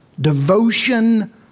devotion